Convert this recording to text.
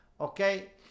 Okay